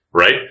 right